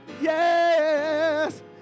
yes